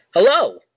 Hello